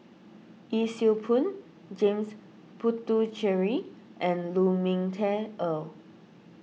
Yee Siew Pun James Puthucheary and Lu Ming Teh Earl